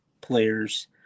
players